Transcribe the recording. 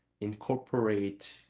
incorporate